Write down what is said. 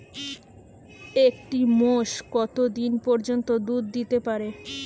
একটি মোষ কত দিন পর্যন্ত দুধ দিতে পারে?